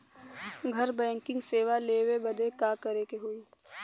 घर बैकिंग सेवा लेवे बदे का करे के होई?